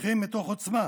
מתוך עוצמה